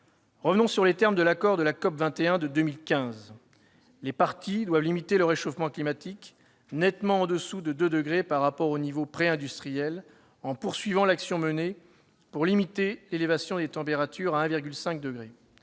Revenons sur les termes de l'accord de la COP21 de 2015. Les parties doivent limiter le réchauffement climatique « nettement en dessous de 2° Celsius par rapport aux niveaux préindustriels, en poursuivant l'action menée pour limiter l'élévation des températures à 1,5°